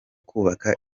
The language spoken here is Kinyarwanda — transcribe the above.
kubaka